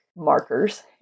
Markers